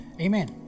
Amen